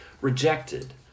rejected